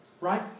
right